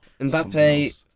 Mbappe